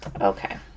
Okay